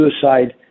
suicide